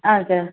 ஆ sir